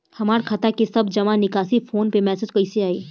हमार खाता के सब जमा निकासी फोन पर मैसेज कैसे आई?